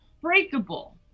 breakable